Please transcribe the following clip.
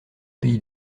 pays